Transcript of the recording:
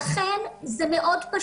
לכן זה מאוד פשוט,